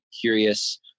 curious